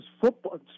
football